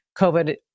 COVID